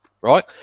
right